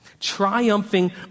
triumphing